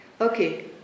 Okay